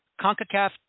CONCACAF